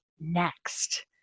next